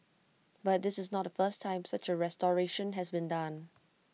but this is not the first time such A restoration has been done